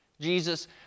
Jesus